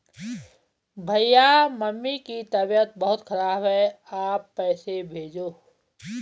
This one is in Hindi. भैया मम्मी की तबीयत बहुत खराब है आप पैसे भेजो